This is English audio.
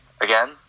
again